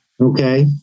Okay